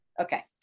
Okay